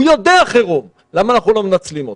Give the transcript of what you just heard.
חיים יודע חירום ולמה אנחנו לא מנצלים אותו?